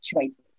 choices